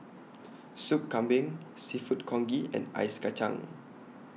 Soup Kambing Seafood Congee and Ice Kacang